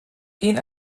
این